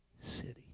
city